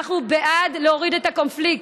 אנחנו בעד להוריד את הקונפליקט,